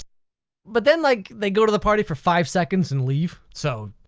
but then, like, they go to the party for five seconds and leave. so,